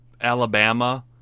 Alabama